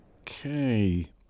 Okay